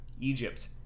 Egypt